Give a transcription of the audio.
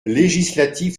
législative